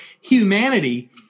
humanity